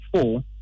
four